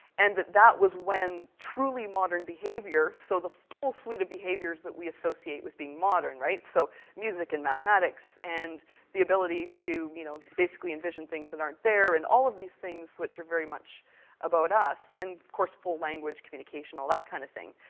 and that that was when truly modern behaviour, so the full suite of behaviours that we associate with being modern, so music and mathematics and the ability to you know envision things that aren't there, and all of these things which are very much about us, and, of course, full language, communication, all that kind of thing.